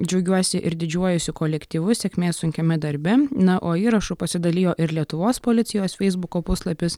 džiaugiuosi ir didžiuojuosi kolektyvu sėkmės sunkiame darbe na o įrašu pasidalijo ir lietuvos policijos feisbuko puslapis